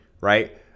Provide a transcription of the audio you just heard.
right